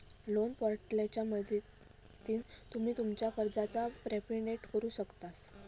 loan पोर्टलच्या मदतीन तुम्ही तुमच्या कर्जाचा प्रिपेमेंट करु शकतास